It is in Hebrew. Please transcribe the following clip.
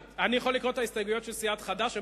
יכול לקרוא את ההסתייגויות של סיעת חד"ש?